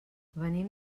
venim